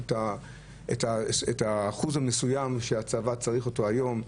את האחוז המסוים שהצבא צריך היום.